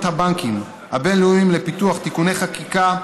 הבנקים הבין-לאומיים לפיתוח (תיקוני חקיקה),